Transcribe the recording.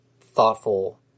thoughtful